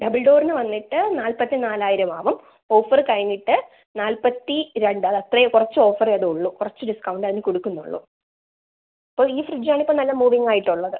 double ഡോറിന് വന്നിട്ട് നാൽപ്പത്തി നാലായിരം ആവും ഓഫറ് കഴിഞ്ഞിട്ട് നാൽപ്പത്തി രണ്ട് അത് അത്രയേ കുറച്ച് ഓഫറേ അതുള്ളു കുറച്ച് ഡിസ്കൗണ്ട് അതിന് കൊടുക്കുന്നുള്ളു ഇപ്പം ഈ ഫ്രിഡ്ജാണ് ഇപ്പം നല്ല മൂവിംഗായിട്ടുള്ളത്